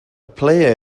player